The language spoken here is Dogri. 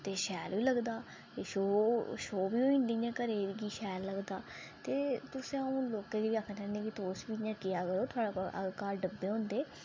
ते शैल बी लगदा ते शो बी होई जंदी घरै दी ते शैल लगदा ते लोकैं गी आखना चाह्नी कि तुस बी घर डब्बे होंदे